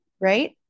right